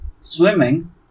swimming